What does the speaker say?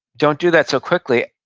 don't do that so quickly.